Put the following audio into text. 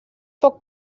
poc